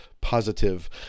positive